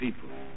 people